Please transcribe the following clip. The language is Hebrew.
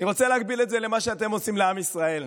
אני רוצה להקביל את זה למה שאתם עושים לעם ישראל.